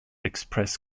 express